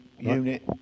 unit